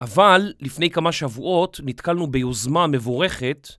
אבל לפני כמה שבועות נתקלנו ביוזמה מבורכת